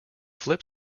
flip